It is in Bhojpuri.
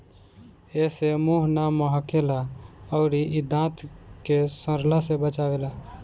एसे मुंह ना महके ला अउरी इ दांत के सड़ला से बचावेला